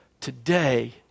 Today